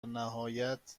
نهایت